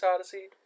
Odyssey